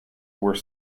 were